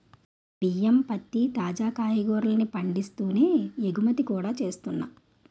బియ్యం, పత్తి, తాజా కాయగూరల్ని పండిస్తూనే ఎగుమతి కూడా చేస్తున్నా